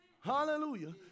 Hallelujah